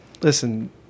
listen